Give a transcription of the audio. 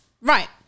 Right